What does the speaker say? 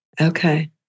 Okay